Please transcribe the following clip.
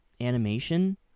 animation